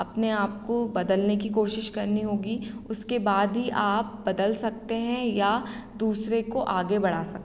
अपने आप को बदलने की कोशिश करनी होगी उसके बाद ही आप बदल सकते हैं या दूसरे को आगे बढ़ा सकते हैं